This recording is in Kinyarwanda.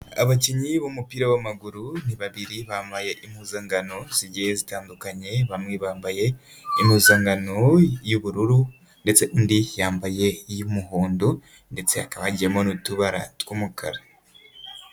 Abakinnyi b'umupira w'amaguru ni babiri, bambaye impuzankano zigiye zitandukanye, bamwe bambaye impuzankano y'ubururu ndetse undi yambaye iy'umuhondo ndetse hakaba hagiyemo n'utubara tw'umukara.